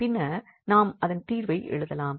பின்னர் நாம் அதன் தீர்வை எழுதலாம்